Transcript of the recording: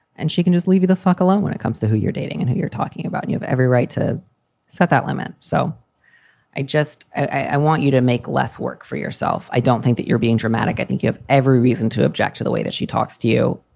and she can just leave you the fuck alone when it comes to who you're dating and who you're talking about, you have every right to set that limit. so i just i want you to make less work for yourself. i don't think that you're being dramatic. i think you have every reason to object to the way that she talks to you.